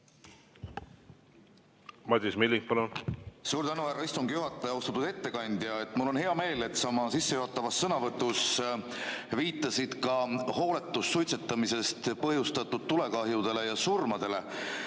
Madis Milling, palun! Suur tänu, härra istungi juhataja! Austatud ettekandja! Mul on hea meel, et sa oma sissejuhatavas sõnavõtus viitasid ka hooletust suitsetamisest põhjustatud tulekahjudele ja surmadele.